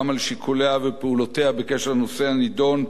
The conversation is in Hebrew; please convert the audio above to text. גם על שיקוליה ופעולותיה בקשר לנושא הנדון,